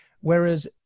whereas